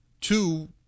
Two